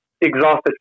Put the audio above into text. exhausted